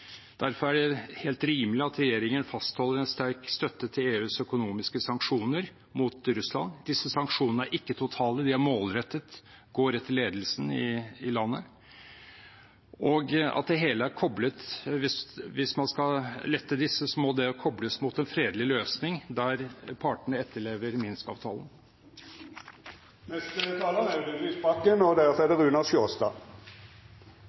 Derfor er det helt rimelig at regjeringen fastholder en sterk støtte til EUs økonomiske sanksjoner mot Russland. Disse sanksjonene er ikke totale, de er målrettet – går rett til ledelsen i landet. Hvis man skal lette disse, må det kobles mot en fredelig løsning, der partene etterlever